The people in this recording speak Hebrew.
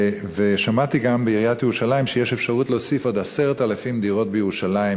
שמעתי גם בעיריית ירושלים שיש אפשרות להוסיף עוד 10,000 דירות בירושלים,